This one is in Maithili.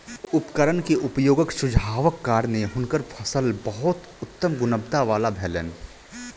उपकरण के उपयोगक सुझावक कारणेँ हुनकर फसिल बहुत उत्तम गुणवत्ता वला भेलैन